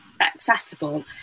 accessible